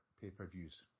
pay-per-views